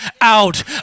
out